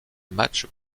matchs